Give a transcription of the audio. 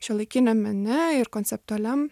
šiuolaikiniam mene ir konceptualiam